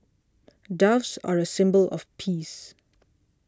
doves are a symbol of peace